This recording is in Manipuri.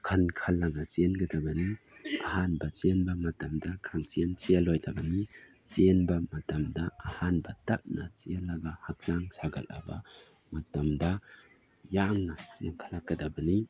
ꯈꯟ ꯈꯜꯂꯒ ꯆꯦꯟꯒꯗꯕꯅꯤ ꯑꯍꯥꯟꯕ ꯆꯦꯟꯕ ꯃꯇꯝꯗ ꯈꯪꯆꯦꯟ ꯆꯦꯜꯂꯣꯏꯗꯕꯅꯤ ꯆꯦꯟꯕ ꯃꯇꯝꯗ ꯑꯍꯥꯟꯕꯗ ꯇꯞꯅ ꯆꯦꯟꯂꯒ ꯍꯛꯆꯥꯡ ꯁꯥꯒꯠꯂꯕ ꯃꯇꯝꯗ ꯌꯥꯡꯅ ꯆꯦꯟꯈꯠꯂꯛꯀꯗꯕꯅꯤ